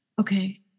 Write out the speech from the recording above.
Okay